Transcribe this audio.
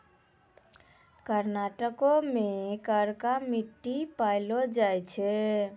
कर्नाटको मे करका मट्टी पायलो जाय छै